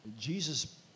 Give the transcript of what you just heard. Jesus